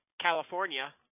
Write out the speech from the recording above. California